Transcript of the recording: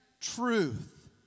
truth